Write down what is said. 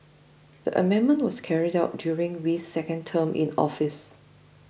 the amendment was carried out during wee's second term in office